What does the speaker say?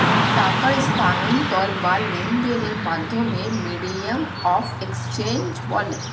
টাকার স্থানান্তর বা লেনদেনের মাধ্যমকে মিডিয়াম অফ এক্সচেঞ্জ বলে